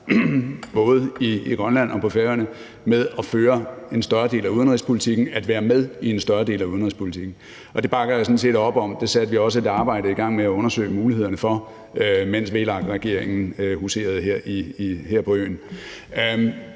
både i Grønland og på Færøerne, om at føre en større del af udenrigspolitikken, at være med i en større del af udenrigspolitikken, og det bakker jeg sådan set op om, og det gør vi stadig væk. Vi satte også et arbejde i gang med at undersøge mulighederne for det, mens VLAK-regeringen huserede her på øen.